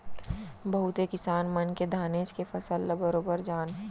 बहुते किसान मन के धानेच के फसल ल बरोबर जान